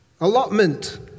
Allotment